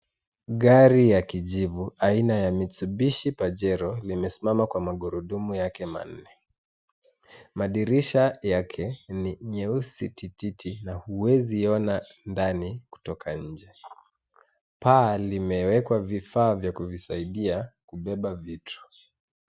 Gari ya kijivu aina ya Mitsubishi Pajero imesimama kwa magurudumu yake manne. Madirisha yake ni nyeusi tititi na huezi ona ndani kutoka nje. Paa limewekwa vifaa vya kuvisaidia kubeba vitu.